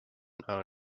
own